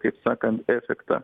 kaip sakant efektą